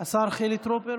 השר חילי טרופר,